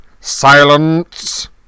Silence